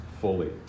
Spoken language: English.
fully